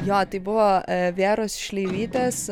jo tai buvo vėros šleivytės